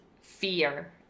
fear